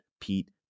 pete